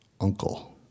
uncle